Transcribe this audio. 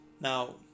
Now